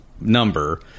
number